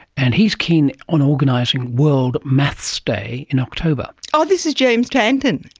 and he's keen on organising world maths day in october. oh, this is james tanton.